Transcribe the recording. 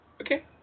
Okay